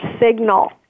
signal